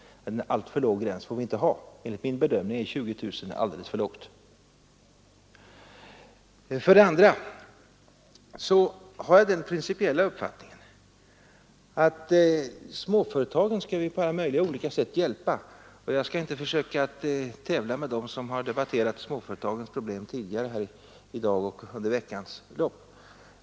En alltför låg gräns får vi inte ha. Enligt min bedömning är 20 000 alldeles för lågt. För det andra har jag den principiella uppfattningen att vi på alla möjliga olika sätt skall hjälpa småföretagen. Jag skall inte försöka tävla med dem som har debatterat småföretagens problem tidigare här i dag och under veckans lopp.